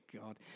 god